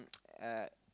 uh